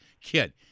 kid